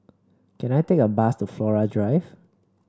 can I take a bus to Flora Drive